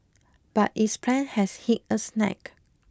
but its plan has hit a snag